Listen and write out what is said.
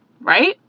Right